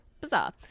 Bizarre